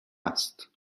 است